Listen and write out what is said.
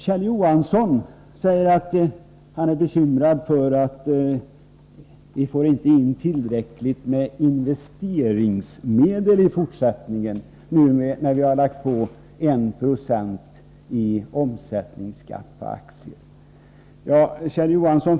Kjell Johansson säger att han är bekymrad för att företagen inte får in tillräckligt med investeringsmedel i fortsättningen, när vi har en omsättningsskatt på aktier med 1 96.